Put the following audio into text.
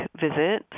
visit